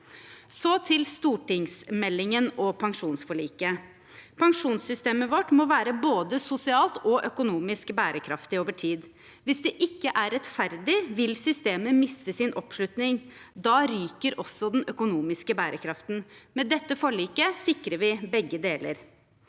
Så til stortingsmeldingen og pensjonsforliket: Pensjonssystemet vårt må være både sosialt og økonomisk bærekraftig over tid. Hvis det ikke er rettferdig, vil systemet miste sin oppslutning. Da ryker også den økonomiske bærekraften. Med dette forliket sikrer vi begge deler.